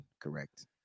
Correct